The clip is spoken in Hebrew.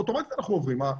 אוטומטית אנחנו עוברים.